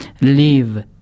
leave